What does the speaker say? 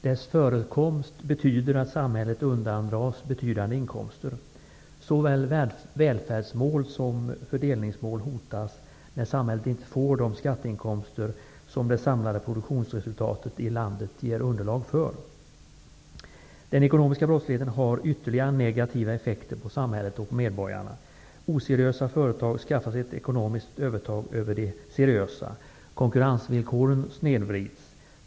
Dess förekomst betyder att samhället undandras betydande inkomster. Såväl välfärdsmål som fördelningsmål hotas när samhället inte får de skatteinkomster som det samlade produktionsresultatet i landet ger underlag för. Den ekonomiska brottsligheten har ytterligare negativa effekter på samhället och medborgarna. Oseriösa företag skaffar sig ett ekonomiskt övertag över de seriösa. Konkurrensvillkoren snedvrids.